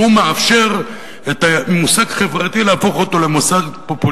והוא מאפשר להפוך את המושג "חברתי" לפופוליסטי.